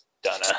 Done